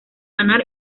lanar